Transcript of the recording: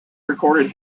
recorded